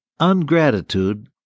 Ungratitude